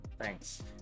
Thanks